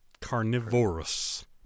carnivorous